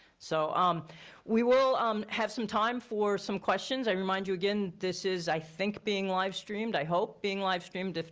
so um we will um have some time for some questions. i remind you again, this is, i think, being live streamed, i hope being live streamed,